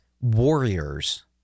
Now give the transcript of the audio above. warriors